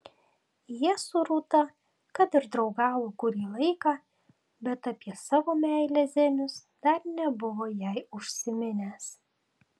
jie su rūta kad ir draugavo kurį laiką bet apie savo meilę zenius dar nebuvo jai užsiminęs